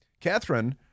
Catherine